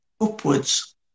upwards